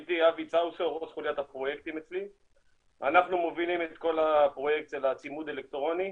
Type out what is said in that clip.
אנחנו מובילים את כל הפרויקט של הצימוד האלקטרוני,